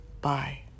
Bye